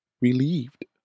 relieved